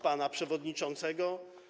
pana przewodniczącego.